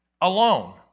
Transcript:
alone